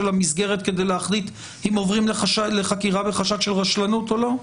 המסגרת כדי להחליט אם עוברים לחקירה בחשד של רשלנות או לא?